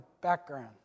background